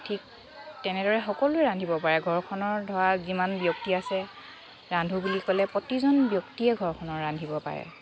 ঠিক তেনেদৰে সকলোৱে ৰান্ধিব পাৰে ঘৰখনৰ ধৰা যিমান ব্যক্তি আছে ৰান্ধোঁ বুলি ক'লে প্ৰতিজন ব্যক্তিয়ে ঘৰখনৰ ৰান্ধিব পাৰে